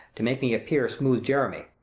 to make me appear smooth jeremy.